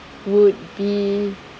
would be